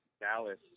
Dallas